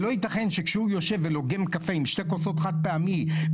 לא יתכן שכשהוא יושב ולוגם קפה עם שני כוסות חד פעמי,